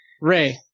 Ray